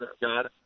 God